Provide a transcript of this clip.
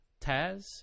Taz